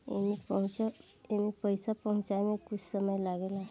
एईमे पईसा पहुचे मे कुछ समय लागेला